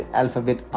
alphabet